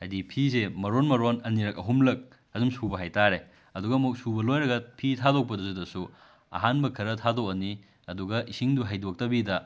ꯍꯥꯏꯗꯤ ꯐꯤꯁꯦ ꯃꯔꯣꯟ ꯃꯔꯣꯟ ꯑꯅꯤꯔꯛ ꯑꯍꯨꯝꯂꯛ ꯑꯗꯨꯝ ꯁꯨꯕ ꯍꯥꯏꯇꯥꯔꯦ ꯑꯗꯨꯒ ꯑꯃꯨꯛ ꯁꯨꯕ ꯂꯣꯏꯔꯒ ꯐꯤ ꯊꯥꯗꯣꯛꯄꯗꯨꯗꯁꯨ ꯑꯍꯥꯟꯕ ꯈꯔ ꯊꯥꯗꯣꯛꯑꯅꯤ ꯑꯗꯨꯒ ꯏꯁꯤꯡꯗꯣ ꯍꯩꯗꯣꯛꯇꯕꯤꯗ